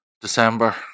december